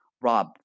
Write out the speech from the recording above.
Rob